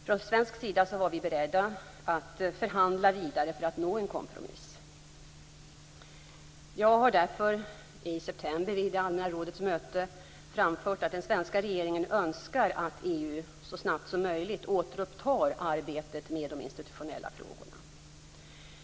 Från svensk sida var vi beredda att förhandla vidare för att nå en kompromiss. Jag har därför i september vid allmänna rådets möte framfört att den svenska regeringen önskar att EU så snabbt som möjligt återupptar arbetet med de institutionella frågorna.